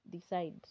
decide